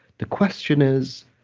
the question is,